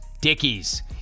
Dickies